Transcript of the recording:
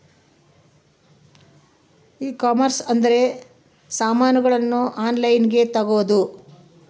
ಈ ಕಾಮರ್ಸ್ ಅಂದ್ರ ಸಾಮಾನಗಳ್ನ ಆನ್ಲೈನ್ ಗ ತಗೊಂದು